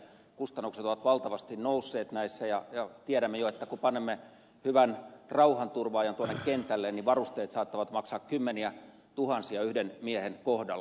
kustannukset ovat valtavasti nousseet näissä ja tiedämme jo että kun panemme hyvän rauhanturvaajan tuonne kentälle niin varusteet saattavat maksaa kymmeniätuhansia yhden miehen kohdalla